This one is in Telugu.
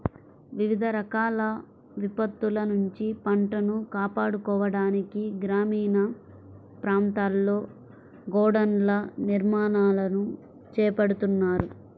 వివిధ రకాల విపత్తుల నుంచి పంటను కాపాడుకోవడానికి గ్రామీణ ప్రాంతాల్లో గోడౌన్ల నిర్మాణాలను చేపడుతున్నారు